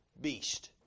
beast